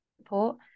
support